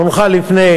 היא הונחה לפני